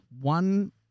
One